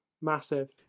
massive